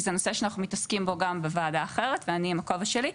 כי זה נושא שאנחנו מתעסקים בו גם בוועדה אחרת ואני עם הכובע שלי,